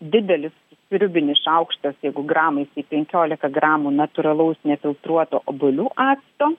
didelis sriubinis šaukštas jeigu gramais tai penkiolika gramų natūralaus nefiltruoto obuolių acto